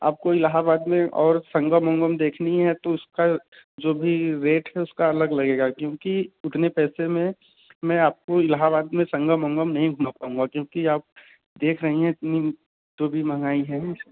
आपको इलाहाबाद मे और संगम उंगम देखना है तो उसका जो भी रेट है उसका अलग लगेगा क्योंकि उतने पैसे में मैं आपको इलाहाबाद मेँ संगम वंगम नहीं दिखा पाऊँगा क्योंकि आप देख रही हैं इतनी जो भी महंगाई है